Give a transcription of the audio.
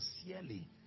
sincerely